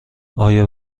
آیا